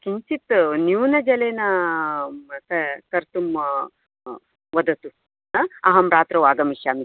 किञ्चित् न्यूनजलेन कर्तुं वदतु आ अहं रात्रौ आगमिष्यामि